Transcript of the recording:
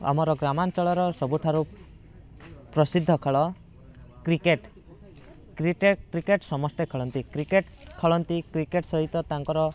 ଆମର ଗ୍ରାମାଞ୍ଚଳର ସବୁଠାରୁ ପ୍ରସିଦ୍ଧ ଖେଳ କ୍ରିଟେଟ କ୍ରିଟେକ କ୍ରିକେଟ ସମସ୍ତେ ଖେଳନ୍ତି କ୍ରିକେଟ ଖେଳନ୍ତି କ୍ରିକେଟ ସହିତ ତାଙ୍କର